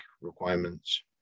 requirements